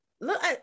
look